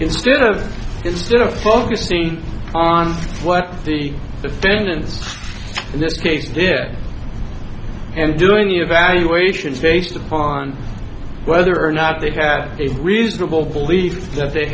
instead of instead of focusing on what the defendants in this case did and doing evaluations based upon whether or not they had a reasonable belief that they